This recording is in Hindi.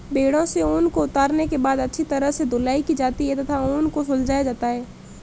भेड़ों से ऊन को उतारने के बाद अच्छी तरह से धुलाई की जाती है तथा ऊन को सुलझाया जाता है